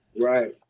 Right